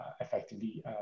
effectively